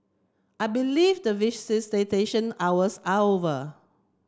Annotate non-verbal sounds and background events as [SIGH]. I believe that [UNINTELLIGIBLE] hours are over